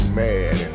mad